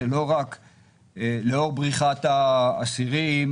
זה לא בריחת האסירים,